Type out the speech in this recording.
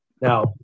Now